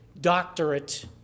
doctorate